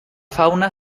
fauna